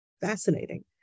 fascinating